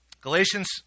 Galatians